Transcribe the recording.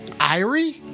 Irie